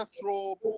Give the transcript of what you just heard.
throw